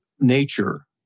Nature